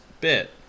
bit